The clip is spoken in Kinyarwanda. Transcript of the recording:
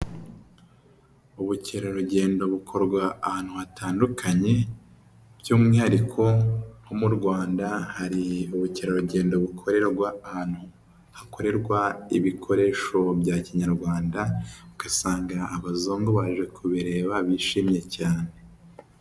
Ubukerarugendo bukorwa ahantu hatandukanye by'umwihariko nko m'u Rwanda hari ubukerarugendo bukorerwa ahantu hakorerwa ibikoresho bya kinyarwanda, ugasanga abazungu baje kubireba bishimye cyane.